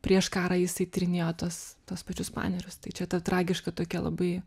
prieš karą jisai tyrinėjo tuos tuos pačius panerius tai čia ta tragiška tokia labai